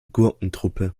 gurkentruppe